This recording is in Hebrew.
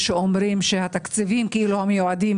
שאומרים שהתקציבים המיועדים